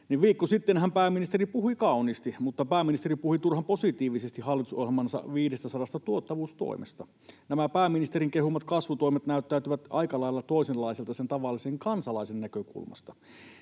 viikko sittenhän pääministeri puhui kauniisti, mutta pääministeri puhui turhan positiivisesti hallitusohjelmansa 500 tuottavuustoimesta. Nämä pääministerin kehumat kasvutoimet näyttäytyvät aika lailla toisenlaiselta sen tavallisen kansalaisen näkökulmasta.